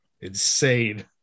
Insane